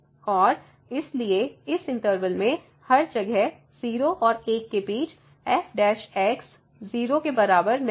और इसलिए इस इंटर्वल में हर जगह 0 और 1 के बीच f ≠ 0 है